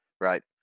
right